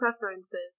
preferences